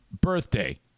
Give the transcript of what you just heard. birthday